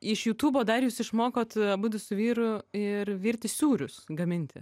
iš jutubo dar jūs išmokot abudu su vyru ir virti sūrius gaminti